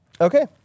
Okay